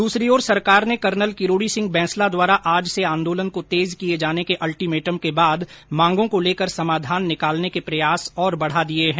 दूसरी ओर सरकार ने कर्नल किरोड़ी सिंह बैंसला द्वारा आज से आंदोलन को तेज किये जाने के अल्टिमेटम के बाद मांगों को लेकर समाधान निकालने के प्रयास और बढा दिये हैं